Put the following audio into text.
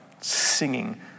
singing